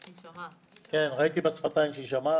לנו,